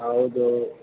ಹೌದು